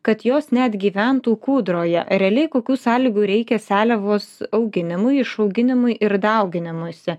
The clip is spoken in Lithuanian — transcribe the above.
kad jos net gyventų kūdroje realiai kokių sąlygų reikia seliavos auginimui išauginimui ir dauginimuisi